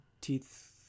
teeth